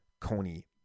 Coney